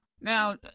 Now